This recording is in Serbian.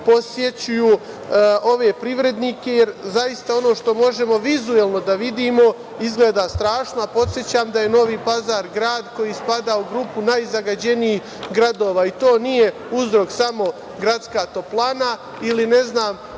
posećuju ove privrednike, jer, zaista, ono što možemo vizuelno da vidimo izgleda strašno. Podsećam da je Novi Pazar grad koji spada u grupu najzagađenijih gradova. To nije uzrok samo gradska toplana ili ugalj